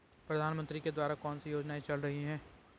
प्रधानमंत्री के द्वारा कौनसी योजनाएँ चल रही हैं?